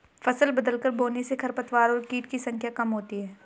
फसल बदलकर बोने से खरपतवार और कीट की संख्या कम होती है